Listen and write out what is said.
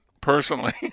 personally